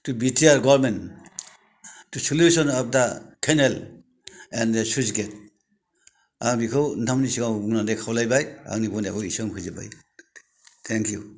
two B T R government the solution of the canal and the सुइस gate आं बेखौ नोंथांमोननि सिगांआव बुंनानै खावलायबाय आंनि बुंनायखौबो एसेयावनो फोजोबबाय थेंखिउ